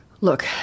Look